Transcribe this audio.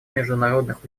международных